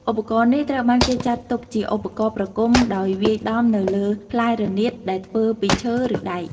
ឧបករណ៍នេះត្រូវបានគេចាត់ទុកជាឧបករណ៍ប្រគំដោយវាយដំទៅលើផ្លែរនាតដែលធ្វើពីឈើឬដែក។